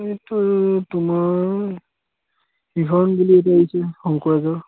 এইটো তোমাৰ শিহৰণ বুলি এটা আহিছে শংকুৰাজৰ